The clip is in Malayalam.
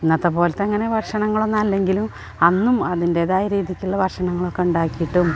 ഇന്നത്തെ പോലത്തെ അങ്ങനെ ഭക്ഷണങ്ങളൊന്നും അല്ലെങ്കിലും അന്നും അതിൻ്റെതായ രീതിക്കുള്ള ഭക്ഷണങ്ങളൊക്കെ ഉണ്ടാക്കിയിട്ടും